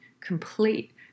complete